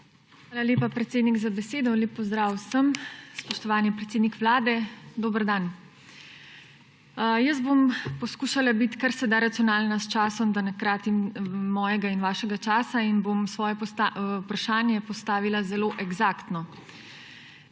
Hvala lepa, predsednik za besedo. Lep pozdrav vsem. Spoštovani predsednik Vlade, dober dan! Jaz bom poskušala biti kar se da racionalna s časom, da ne kratim svojega in vašega časa in bom svoje vprašanje postavila zelo eksaktno.